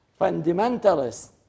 fundamentalist